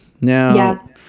Now